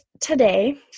today